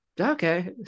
okay